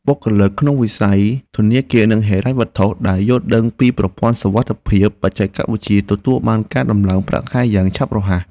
បុគ្គលិកក្នុងវិស័យធនាគារនិងហិរញ្ញវត្ថុ ដែលយល់ដឹងពីប្រព័ន្ធសុវត្ថិភាពបច្ចេកវិទ្យាទទួលបានការដំឡើងប្រាក់ខែយ៉ាងឆាប់រហ័ស។